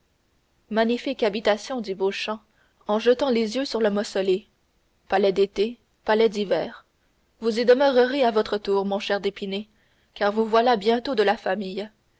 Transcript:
magnifique habitation dit beauchamp en jetant les yeux sur le mausolée palais d'été palais d'hiver vous y demeurerez à votre tour mon cher d'épinay car vous voilà bientôt de la famille